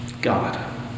God